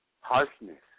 harshness